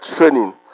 training